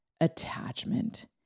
Attachment